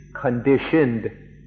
conditioned